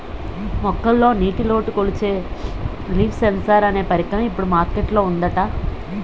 మొక్కల్లో నీటిలోటు కొలిచే లీఫ్ సెన్సార్ అనే పరికరం ఇప్పుడు మార్కెట్ లో ఉందట